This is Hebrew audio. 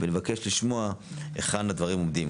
ואני מבקש לשמוע היכן הדברים עומדים.